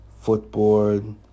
footboard